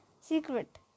Secret